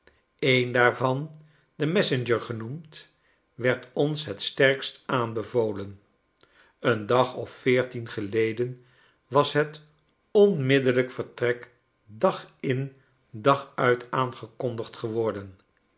een daarvan de messenger genoemd werd ons het sterkst aanbevolen een dag of veertien geleden was het onmiddellijk vertrek dag in dag uit aangekondigd geworden